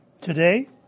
today